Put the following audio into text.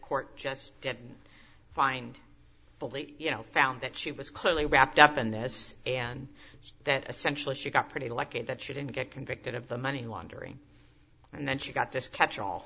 court just didn't find fully you know found that she was clearly wrapped up in this and that essentially she got pretty lucky that she didn't get convicted of the money laundering and then she got this catch all